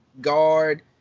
guard